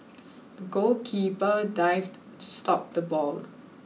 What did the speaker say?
the goalkeeper dived to stop the ball